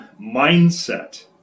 mindset